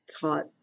taught